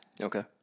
Okay